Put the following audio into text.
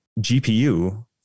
GPU